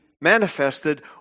manifested